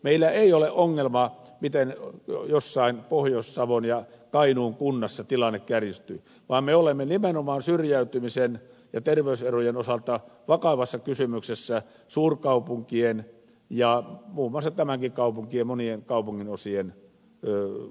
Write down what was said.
meillä ei ole ongelmaa siinä miten jossain pohjois savon tai kainuun kunnassa tilanne kärjistyy vaan meillä on nimenomaan syrjäytymisen ja terveyserojen osalta vakava kysymys suurkaupunkien ja muun muassa tämänkin kaupungin monien kaupunginosien osalta